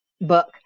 book